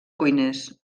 cuiners